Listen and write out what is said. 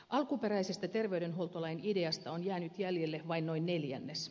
alkuperäisestä terveydenhuoltolain ideasta on jäänyt jäljelle vain noin neljännes